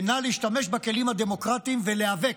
ונא להשתמש בכלים הדמוקרטיים ולהיאבק.